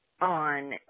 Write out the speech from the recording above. on